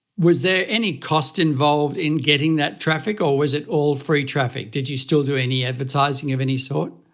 was there any cost involved in getting that traffic or was it all free traffic? did you still do any advertising of any sort?